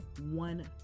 one